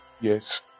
Yes